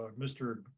ah mr.